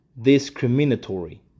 discriminatory